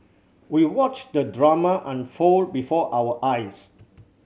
we watched the drama unfold before our eyes